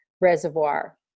reservoir